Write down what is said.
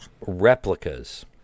replicas